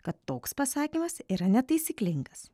kad toks pasakymas yra netaisyklingas